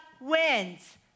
wins